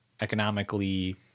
economically